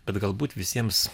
bet galbūt visiems